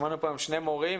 שמענו היום שני מורים,